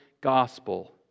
gospel